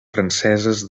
franceses